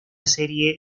serie